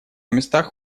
местах